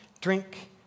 drink